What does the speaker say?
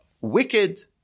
wicked